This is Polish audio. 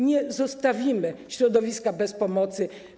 Nie zostawimy środowiska bez pomocy.